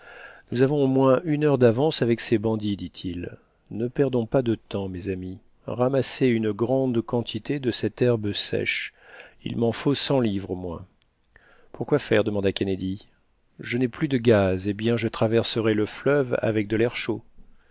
nous avons au moins une heure d'avance sur ces bandits dit-il ne perdons pas de temps mes amis ramassez une grande quantité de cette herbe sèche il m'en faut cent livres au moins pourquoi faire demanda kennedy je n'ai plus de gaz eh bien je traverserai le fleuve avec de l'air chaud